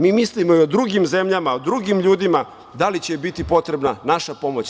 Mi mislimo i o drugim zemljama, drugim ljudima, da li će im biti potrebna naša pomoć.